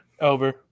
Over